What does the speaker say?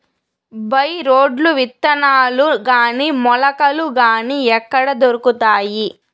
By రోడ్లు విత్తనాలు గాని మొలకలు గాని ఎక్కడ దొరుకుతాయి?